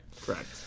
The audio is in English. correct